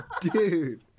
Dude